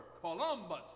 Columbus